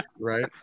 right